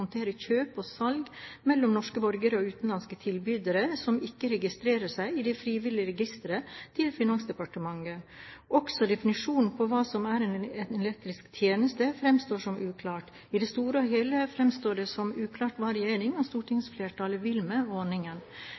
kjøp og salg mellom norske borgere og utenlandske tilbydere som ikke registrerer seg i det frivillige registeret til Finansdepartementet. Også definisjonen på hva som er en elektronisk tjeneste, framstår som uklart. I det store og hele framstår det som uklart hva regjeringen og stortingsflertallet vil med ordningen.